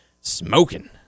Smoking